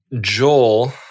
Joel